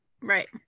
Right